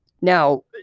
now